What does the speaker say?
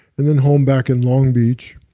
and then home back in long beach,